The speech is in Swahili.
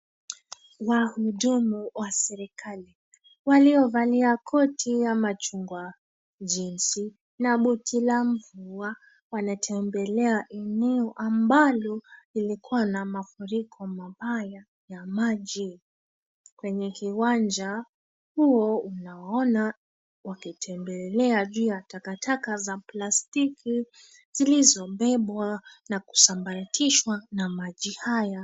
Wahudumu wa serikali; waliovalia koti wa machungwa, jeansi na koti la mvua, wanatembelea eneo ambalo lilikuwa na mafuriko mabaya ya maji. Kwenye kiwanja huo unawaona wakitembelea juu ya takataka za plastiki zilizobebwa na kusambaratishwa na maji haya.